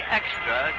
extra